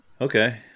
okay